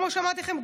כמו שאמרתי לכם,